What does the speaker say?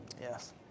Yes